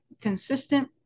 consistent